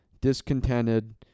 discontented